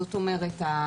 זאת אומרת,